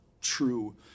true